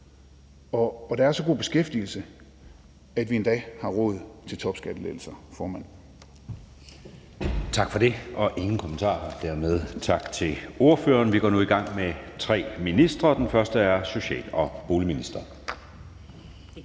og der er så god beskæftigelse, at vi endda har råd til topskattelettelser, formand. Kl. 12:21 Anden næstformand (Jeppe Søe): Der er ingen kommentarer. Dermed tak til ordføreren. Vi går nu i gang med tre ministre, og den første er social- og boligministeren.